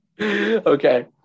okay